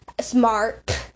smart